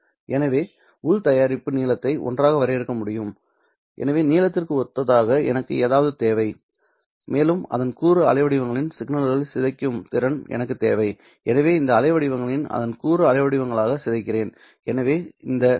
எனவே உள் தயாரிப்பு நீளத்தை ஒன்றாக வரையறுக்க முடியும் எனவே நீளத்திற்கும் ஒத்ததாக எனக்கு ஏதாவது தேவை மேலும் அதன் கூறு அலைவடிவங்களில் சிக்னல்களை சிதைக்கும் திறன் எனக்கு தேவை எனவே இந்த அலை வடிவங்களை அதன் கூறு அலைவடிவங்களாக சிதைக்கிறேன்